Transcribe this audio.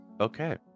Okay